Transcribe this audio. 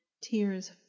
tears